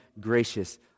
gracious